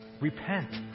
repent